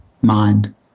mind